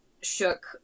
shook